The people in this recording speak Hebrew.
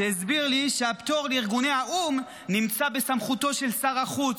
והוא הסביר לי שהפטור לארגוני האו"ם נמצא בסמכותו של שר החוץ.